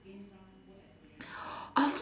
of